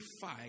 fight